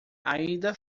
ainda